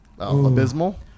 abysmal